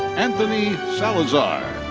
anthony salazar.